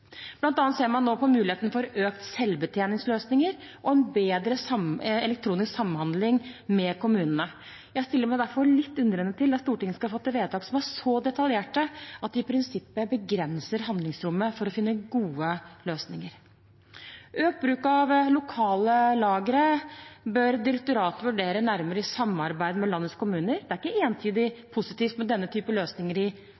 ser man nå på muligheten for økt bruk av selvbetjeningsløsninger og en bedre elektronisk samhandling med kommunene. Jeg stiller meg derfor litt undrende til at Stortinget skal fatte vedtak som er så detaljerte at de i prinsippet begrenser handlingsrommet for å finne gode løsninger. Økt bruk av lokale lagre bør direktoratet vurdere nærmere i samarbeid med landets kommuner. Det er ikke entydig positivt med denne typen løsninger i